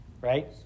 Right